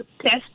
test